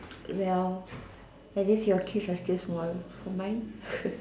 well at least your kids are still small for mine